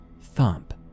thump